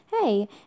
Hey